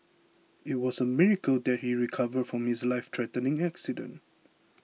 it was a miracle that he recovered from his life threatening accident